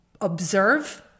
observe